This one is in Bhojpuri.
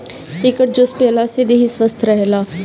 एकर जूस पियला से देहि स्वस्थ्य रहेला